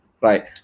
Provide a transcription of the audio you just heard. right